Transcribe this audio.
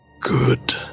Good